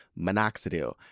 minoxidil